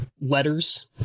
letters